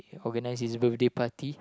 organise his birthday party